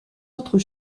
autres